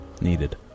needed